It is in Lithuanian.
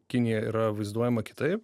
kinija yra vaizduojama kitaip